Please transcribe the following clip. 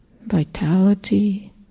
vitality